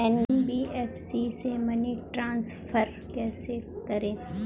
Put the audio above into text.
NBFC से money transfer कैसे करें?